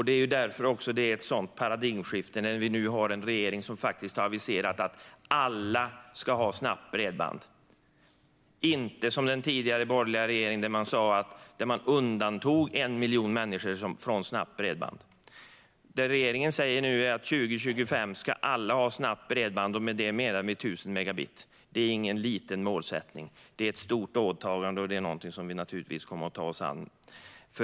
Det är därför ett paradigmskifte när vi nu har en regering som har aviserat att alla ska ha snabbt bredband. Den tidigare borgerliga regeringen undantog 1 miljon människor från snabbt bredband. Det regeringen säger nu är att 2025 ska alla ha snabbt bredband. Med det menar vi 1 000 megabit. Det är ingen liten målsättning. Det är ett stort åtagande och någonting som vi kommer att ta oss an.